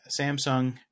Samsung